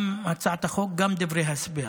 גם הצעת החוק, גם דברי ההסבר,